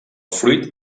fruit